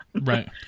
Right